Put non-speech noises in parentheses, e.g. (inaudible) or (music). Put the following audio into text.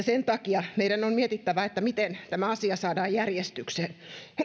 (unintelligible) sen takia meidän on mietittävä miten tämä asia saadaan järjestykseen